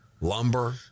Lumber